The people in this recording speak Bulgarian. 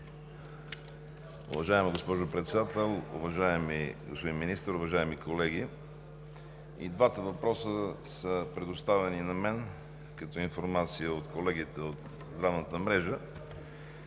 Уважаема госпожо Председател, уважаеми господин Министър, уважаеми колеги! И двата въпроса са ми предоставени като информация от колегите от здравната мрежа.